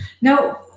Now